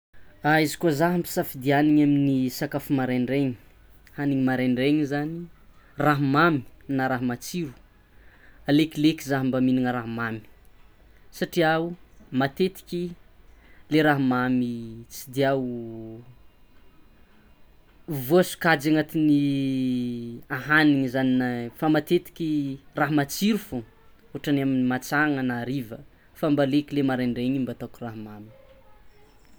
Izy koa zah ampisafiadiana amy sakafo maraindraigny, haniny maraindrainy zany raha mamy na raha matsiro alekileky zah mba mihinana raha mamy satria o matetiky le raha mamy tsy dia voasokajy agnatin'ny ahagniny zany fa matetiky raha matsiro fôgna ohatra ny amy mantsagna na hariva fa aleko le maraindrainy mba ataoko raha mamy.